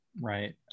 Right